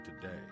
today